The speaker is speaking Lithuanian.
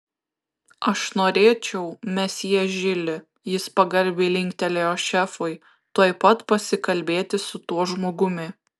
aš norėčiau mesjė žili jis pagarbiai linktelėjo šefui tuoj pat pasikalbėti su tuo žmogumi